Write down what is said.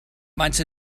maent